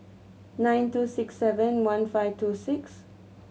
nine two six seven one five two six